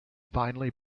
finally